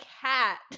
cat